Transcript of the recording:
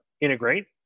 integrate